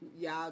y'all